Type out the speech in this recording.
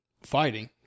fighting